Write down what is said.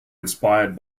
inspired